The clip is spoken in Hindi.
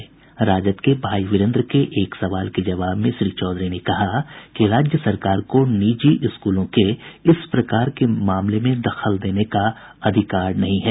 राष्ट्रीय जनता दल के भाई वीरेन्द्र के एक सवाल के जवाब में श्री चौधरी ने कहा कि राज्य सरकार को निजी स्कूलों के इस प्रकार के मामले में दखल देने का अधिकार नहीं है